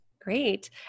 great